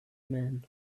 man